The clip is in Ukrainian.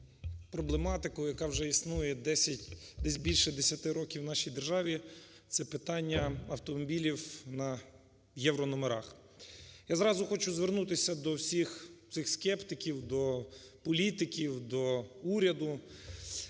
проблематику, яка вже існує десять... десь більше десяти років в нашій державі – це питання автомобілів на єврономерах. Я зразу хочу звернутися до всіх цих скептиків, до політиків, до уряду